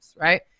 right